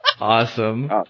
Awesome